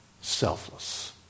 selfless